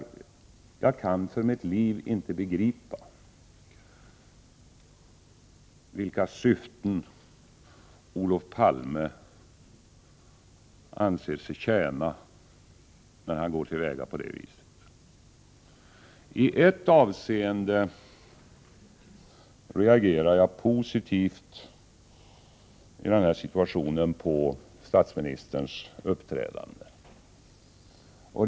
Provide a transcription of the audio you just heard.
Jag kan för mitt liv inte begripa vilka syften Olof Palme anser sig tjäna när han går till väga på det viset. I ett avseende reagerar jag positivt på statsministerns uppträdande i den här situationen.